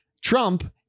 Trump